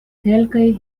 kelkaj